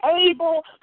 able